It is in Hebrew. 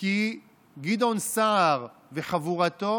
כי גדעון סער וחבורתו